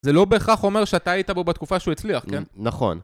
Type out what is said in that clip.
זה לא בהכרח אומר שאתה היית בו בתקופה שהוא הצליח, כן? נכון.